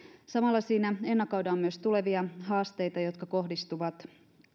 samalla siinä ennakoidaan tulevia haasteita jotka kohdistuvat